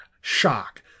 shock